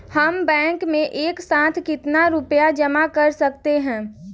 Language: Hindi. हम बैंक में एक साथ कितना रुपया जमा कर सकते हैं?